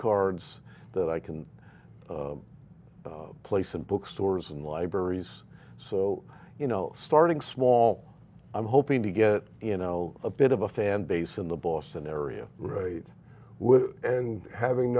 cards that i can place in bookstores and libraries so you know starting small i'm hoping to get you know a bit of a fan base in the boston area right and having